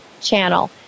Channel